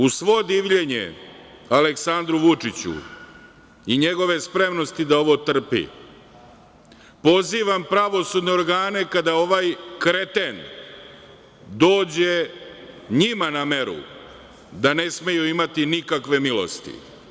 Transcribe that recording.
Uz svo divljenje Aleksandru Vučiću i njegove spremnosti da ovo trpi, pozivam pravosudne organe kada ovaj kreten dođe njima na meru, da ne smeju imati nikakve milosti.